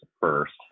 first